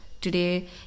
Today